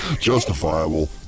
Justifiable